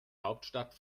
hauptstadt